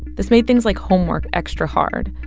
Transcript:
this made things like homework extra hard.